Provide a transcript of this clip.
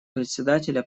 председателя